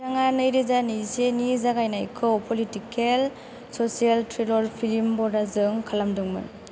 बिथाङा नैरोजा नैजिसे नि जागायनायखौ पलिटिकेल सशियेल थ्रिलर फिल्म पडाजों खालामदोंमोन